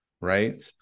Right